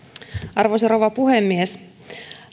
arvoisa rouva puhemies